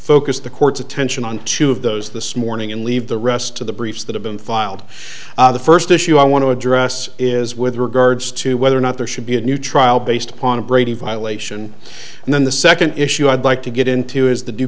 focus the court's attention on two of those this morning and leave the rest to the briefs that have been filed the first issue i want to address is with regards to whether or not there should be a new trial based upon a brady violation and then the second issue i'd like to get into is the